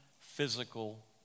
physical